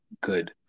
good